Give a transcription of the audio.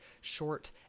short